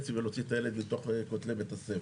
ולהוציא את הילד מתוך כותלי בית הספר.